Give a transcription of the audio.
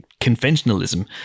conventionalism